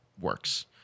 works